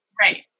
Right